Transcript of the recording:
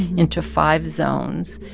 into five zones,